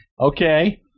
Okay